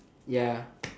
ya